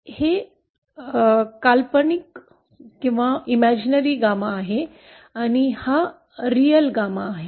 तर हे काल्पनिक 𝜞 आहे आणि हेच वास्तविक 𝜞 आहे